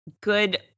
good